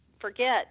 forget